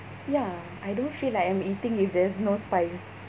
ya I don't feel like I'm eating if there's no spice